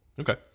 Okay